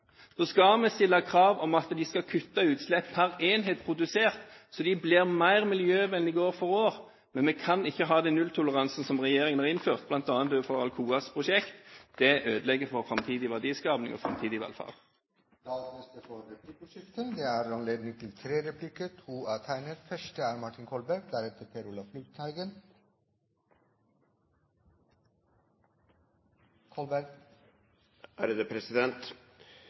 Vi skal stille krav om at de skal kutte utslipp per enhet produsert, så de blir mer miljøvennlige år for år, men vi kan ikke ha den nulltoleransen som regjeringen har innført, bl.a. overfor Alcoas prosjekt. Det ødelegger for framtidig verdiskaping og framtidig velferd. Det blir replikkordskifte. Filosofien til Fremskrittspartiet i den økonomiske politikken er